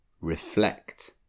Reflect